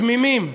תמימים,